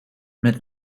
met